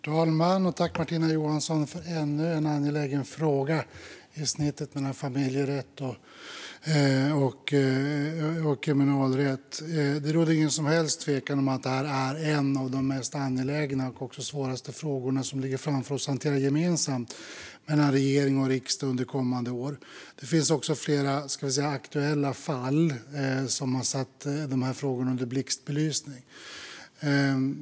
Herr talman! Jag tackar Martina Johansson för ännu en angelägen fråga i snittet mellan familjerätt och kriminalrätt. Det råder ingen som helst tvekan om att detta är en av de mest angelägna, och också svåraste, frågorna som ligger framför oss att hantera gemensamt mellan regering och riksdag under kommande år. Det finns också flera aktuella fall som har satt dessa frågor i blixtbelysning.